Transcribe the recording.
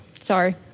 Sorry